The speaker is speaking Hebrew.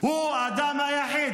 הוא האדם היחיד.